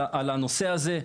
על הנושא הזה.